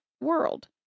world